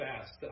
fast